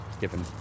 given